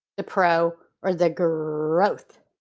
the pro or the grrrowth.